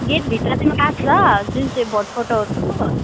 गेटभित्र चाहिँ तिम्रो कार्ड छ जुन चाहिँ भोट फोटोहरू